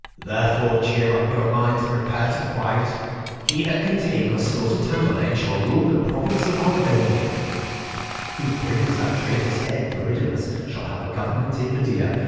therefore cheer up your minds prepare to fight he that can take or slaughter tamburlaine, shall rule the province of albania who brings that traitor's head, theridamas, shall have a government in media,